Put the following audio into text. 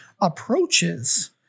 approaches